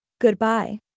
Goodbye